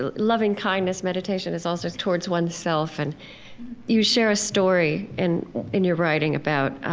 lovingkindness meditation is also towards one's self. and you share a story in in your writing about